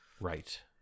Right